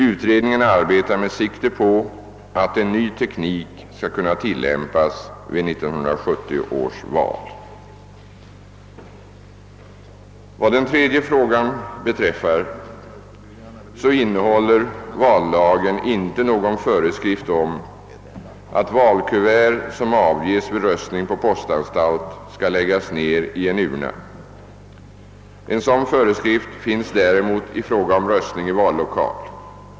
Utredningen arbetar med sikte på att en ny teknik skall kunna tillämpas vid 1970 års val. Vallagen innehåller inte någon föreskrift om att valkuvert som avges vid röstning på postanstalt skall läggas ner i en urna. En sådan föreskrift finns däremot i fråga om röstning i vallokal.